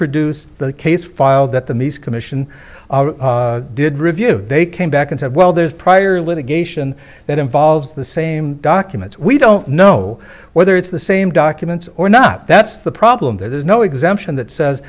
produce the case file that the commission did review they came back and said well there's prior litigation that involves the same documents we don't know whether it's the same documents or not that's the problem there's no exemption